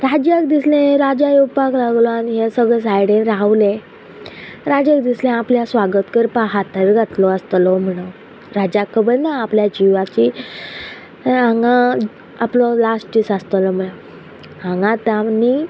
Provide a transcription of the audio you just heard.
राज्याक दिसले राजा येवपाक लागलो आनी हे सगळे सायडीन रावले राज्याक दिसलें आपल्या स्वागत करपाक हातार घातलो आसतलो म्हणो राज्याक खबर ना आपल्या जिवाची हांगा आपलो लास्ट दीस आसतलो म्हण हांगा आतां न्ही